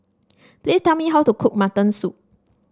please tell me how to cook Mutton Soup